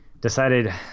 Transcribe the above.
decided